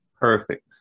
perfect